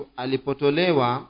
alipotolewa